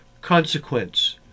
consequence